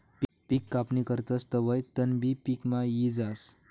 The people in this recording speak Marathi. पिक कापणी करतस तवंय तणबी पिकमा यी जास